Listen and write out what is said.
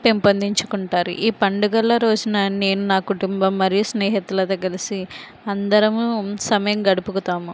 పెంపొందించుకుంటారు ఈ పండుగల రోజున నేను నా కుటుంబం మరియు స్నేహితుల దగ్గర కలిసి అందరము సమయం గడుపుతాము